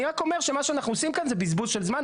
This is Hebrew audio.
אני רק אומר שמה שאנחנו עושים כאן זה בזבוז של זמן,